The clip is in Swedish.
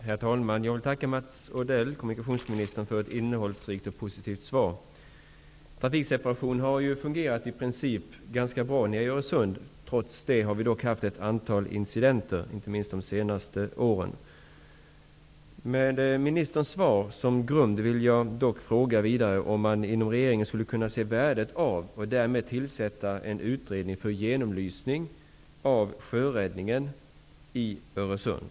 Herr talman! Jag tackar kommunikationsminister Mats Odell för ett innehållsrikt och positivt svar. Trafikseparationen i Öresund har ju i princip fungerat ganska bra. Trots det har vi haft ett antal incidenter, inte minst de senaste åren. Med ministerns svar som grund vill jag dock vidare fråga, om man inom regeringen skulle kunna se ett värde i att tillsätta en utredning för genomlysning av sjöräddningen i Öresund.